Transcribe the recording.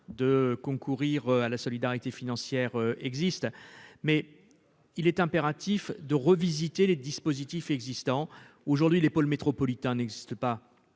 de concourir à la solidarité financière existe mais il est impératif de revisiter les dispositifs existants aujourd'hui les pôles métropolitains n'existe pas